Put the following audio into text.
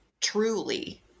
truly